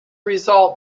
result